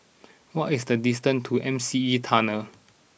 what is the distance to M C E Tunnel